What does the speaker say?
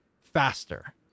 faster